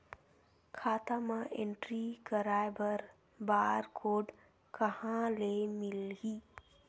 खाता म एंट्री कराय बर बार कोड कहां ले मिलही?